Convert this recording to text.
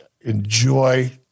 enjoy